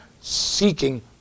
seeking